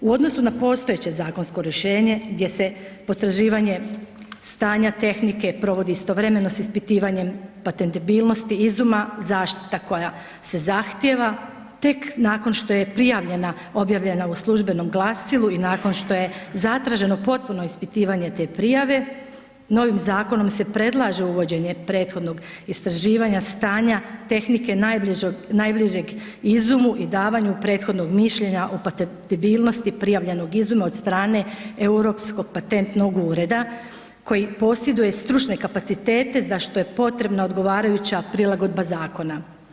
U odnosu na postojeće zakonsko rješenje gdje se potraživanje stanja tehnike provodi istovremeno sa ispitivanjem patentibilnosti izuma zaštita koja se zahtjeva tek nakon što je prijavljena, objavljena u službenom glasilu i nakon što je zatraženo potpuno ispitivanje te prijave, novim zakonom se predlaže uvođenje prethodnog istraživanja stanja tehnike najbližeg izumu i davanju prethodnog mišljenja o patentibilnosti prijavljenog izuma od strane Europskog patentnog ureda koji posjeduje stručne kapacitete za što je potrebna odgovarajuća prilagodba zakona.